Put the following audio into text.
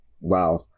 wow